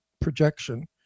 projection